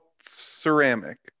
ceramic